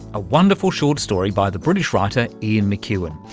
a wonderful short story by the british writer ian mcewan.